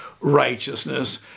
righteousness